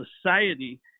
society